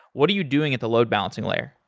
what are you doing at the load balancing layer?